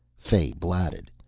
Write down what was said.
fay blatted.